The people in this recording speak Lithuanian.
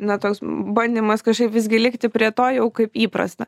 na toks bandymas kažkaip visgi likti prie to jau kaip įprasta